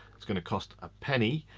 it's gonna cost a penny.